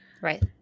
Right